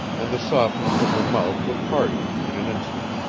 and the softness of her mouth would harden in an instant.